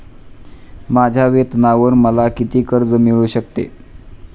माझ्या वेतनावर मला किती कर्ज मिळू शकते?